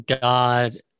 God